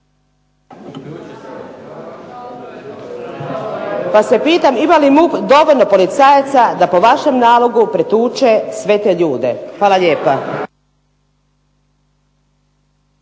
pa se pitam ima li dovoljno policajaca da po vašem nalogu pretuče sve te ljude. Hvala lijepa.